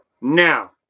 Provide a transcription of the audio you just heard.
Now